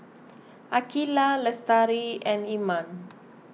Aqilah Lestari and Iman